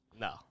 No